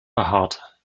behaart